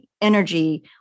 energy